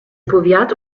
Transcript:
powiat